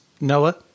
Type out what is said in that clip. Noah